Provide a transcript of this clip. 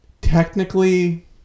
technically